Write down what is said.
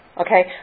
okay